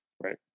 Right